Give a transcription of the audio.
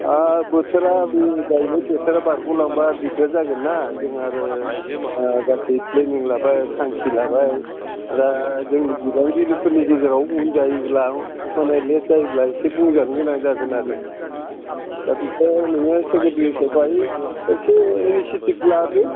आ बोथोरा बे जाहैबाय बोथोरा बारग'लांब्ला दिगदार जागोन ना जोंहा आरो गासै प्लेनिं लाबाय थांखि लाबाय दा जोंनि बिबानगिरि फोरनि गेजेराव उन जायोब्ला माने लेट जायोब्ला एसे बुंजानो गोनां जागोन आरो दा बिखौ नोङो सेक्रेटारि हिसाबै एसे एनिसियेटिभ लादो